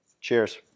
Cheers